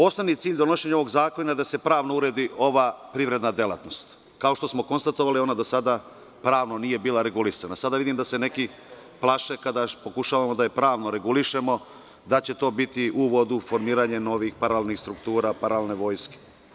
Osnovni cilj donošenja ovakvog zakona jeste da se pravno uredi ova privatna delatnost, a kao što smo konstatovali, ona do sada pravno nije bila regulisana, a sada vidim da se neki plaše da je pravno regulišemo, da će to biti uvod u formiranje novih paralelnih struktura, paralelne vojske.